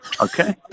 okay